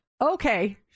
Okay